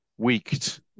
weaked